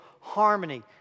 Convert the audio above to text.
harmony